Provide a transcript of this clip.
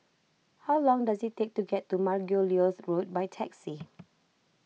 how long does it take to get to Margoliouth Road by taxi